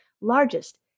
largest